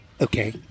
Okay